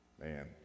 Man